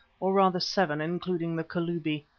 or rather seven including the kalubi.